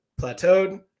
plateaued